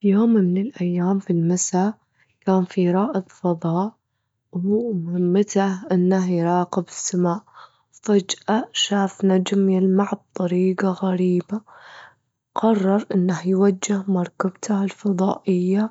في يوم من الأيام في المسا، كان في رائد فضا هو مهمته إنه يراقب السما، فجأة شاف نجم يلمع بطريجة غريبة، قرر إنه يوجه مركبته الفضائية